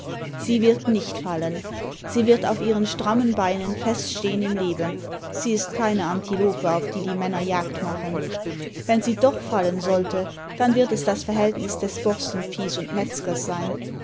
sie wird nicht fallen sie wird auf ihren strammen beinen fest stehen im leben sie ist keine antilope auf die die männer jagd machen wenn sie doch fallen sollte dann wird es das verhältnis des borstenviehs imd metsers sein